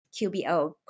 QBO